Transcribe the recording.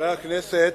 חברי הכנסת,